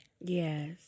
Yes